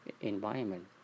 environment